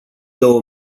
două